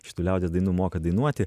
šitų liaudies dainų moka dainuoti